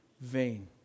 vain